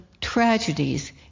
tragedies